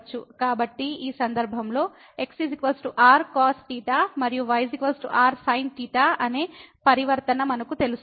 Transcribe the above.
కాబట్టి ఈ సందర్భంలో x r cos మరియు y r sin అనే పరివర్తన మనకు తెలుసు